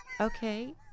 Okay